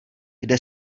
kde